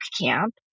Camp